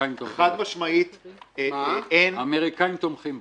חד משמעית -- האמריקאים תומכים בו.